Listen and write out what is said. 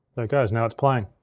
there it goes, now it's playing.